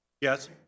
Yes